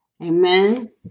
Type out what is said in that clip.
Amen